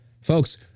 Folks